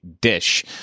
dish